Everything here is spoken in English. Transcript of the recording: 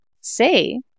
say